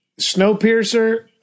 Snowpiercer